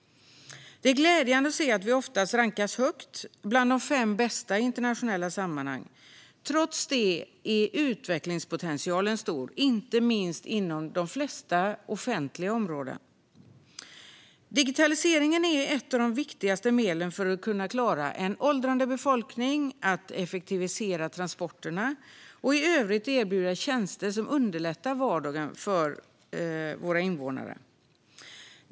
Det är glädjande att se att vi oftast rankas högt - bland de fem bästa i internationella sammanhang. Trots det är utvecklingspotentialen stor, inte minst inom de flesta offentliga områden. Digitaliseringen är ett av de viktigaste medlen för att klara en åldrande befolkning, effektivisera transporter och i övrigt erbjuda tjänster som underlättar vardagen för våra invånare.